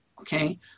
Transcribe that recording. okay